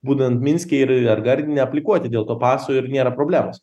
būnant minske ir ar gardine aplikuoti dėl to paso ir nėra problemos